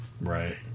Right